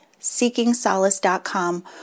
SeekingSolace.com